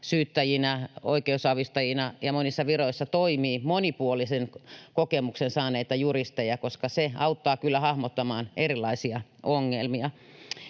syyttäjinä, oikeusavustajina ja monissa viroissa toimii monipuolisen kokemuksen saaneita juristeja, koska se auttaa kyllä hahmottamaan erilaisia ongelmia.